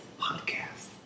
podcast